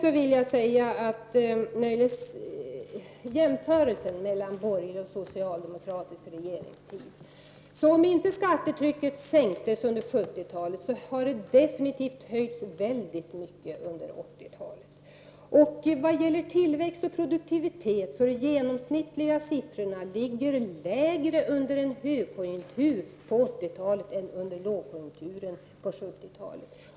När det gäller att jämföra borgerlig och socialdemokratisk regeringstid med varandra vill jag säga följande. Skattetrycket kanske inte sänktes under 70-talet. Men det har definitivt höjts väldigt mycket under 80-talet. De genomsnittliga siffrorna för tillväxt och produktivitet är lägre under 80-talets högkonjunktur än de var under lågkonjunkturen på 70-talet.